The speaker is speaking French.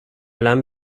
lame